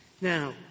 Now